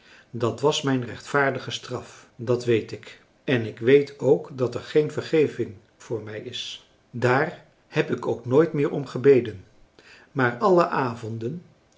dat was mijn rechtvaardige straf dat weet ik en ik weet ook dat er geen vergeving voor mij is daar heb ik ook nooit meer om gebeden maar alle avonden